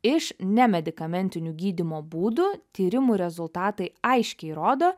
iš nemedikamentinių gydymo būdų tyrimų rezultatai aiškiai rodo